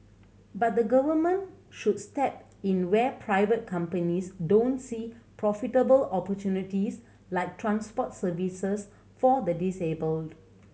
but the Government should step in where private companies don't see profitable opportunities like transport services for the disabled